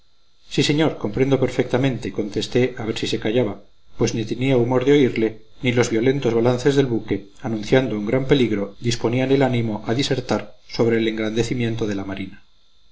sí señor comprendo perfectamente contesté a ver si se callaba pues ni tenía humor de oírle ni los violentos balances del buque anunciando un gran peligro disponían el ánimo a disertar sobre el engrandecimiento de la marina